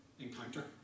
encounter